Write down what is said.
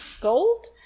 Gold